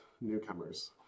newcomers